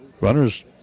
Runners